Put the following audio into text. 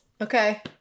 Okay